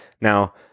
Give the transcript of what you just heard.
Now